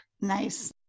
Nice